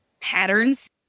patterns